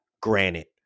Granite